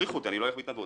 יכריחו אותי, אני